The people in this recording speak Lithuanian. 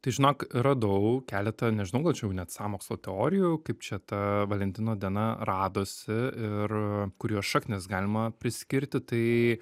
tai žinok radau keletą nežinau gal čia jau net sąmokslo teorijų kaip čia ta valentino diena radosi ir kur jos šaknis galima priskirti tai